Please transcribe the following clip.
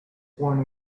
born